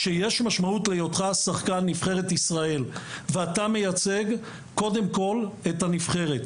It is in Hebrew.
שיש משמעות להיותך שחקן נבחרת ישראל ואתה מייצג את הנבחרת.